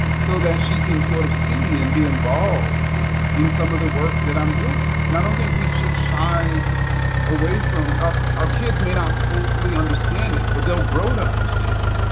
so that she can sort of see and be involved in some of the work that i'm doing. and i don't think we should shy away from our kids may not fully understand it, but they'll grow to understand it.